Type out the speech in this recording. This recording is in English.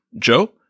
Joe